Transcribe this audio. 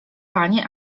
panie